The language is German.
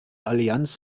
allianz